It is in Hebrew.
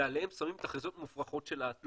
ועליהן שמים תחזיות מופרכות של העתיד.